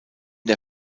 der